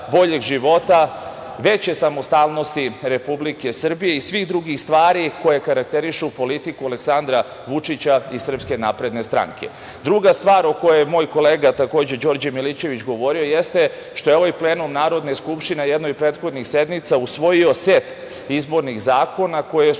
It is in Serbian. boljeg života, veće samostalnosti Republike Srbije i svih drugih stvari koje karakterišu politiku Aleksandra Vučića i SNS.Druga stvar o kojoj je moj kolega takođe, Đorđe Milićević, govorio jeste što je ovaj plenum Narodne skupštine u jednoj od prethodnih sednica usvojio set izbornih zakona koje su